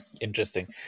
interesting